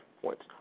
points